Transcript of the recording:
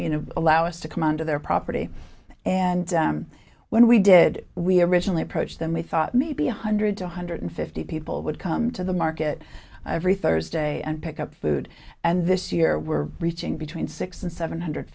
you know allow us to come onto their property and when we did we originally approached them we thought maybe one hundred to one hundred fifty people would come to the market every thursday and pick up food and this year we're reaching between six and seven hundred